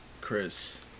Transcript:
Chris